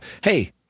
Hey